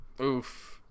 Oof